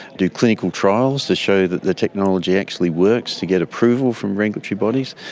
do clinical trials to show that the technology actually works to get approval from regulatory bodies.